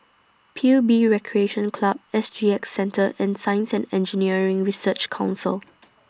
P U B Recreation Club S G X Centre and Science and Engineering Research Council